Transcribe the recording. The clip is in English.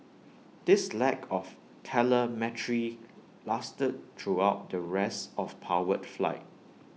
this lack of telemetry lasted throughout the rest of powered flight